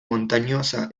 montañosa